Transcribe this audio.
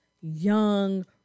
young